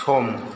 सम